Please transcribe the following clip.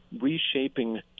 reshaping